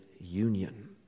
union